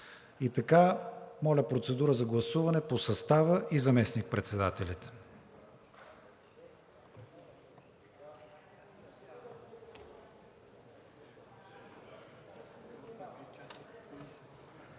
И така, моля, процедура за гласуване по състава и заместник председателите.